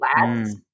labs